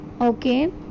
Okay